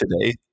today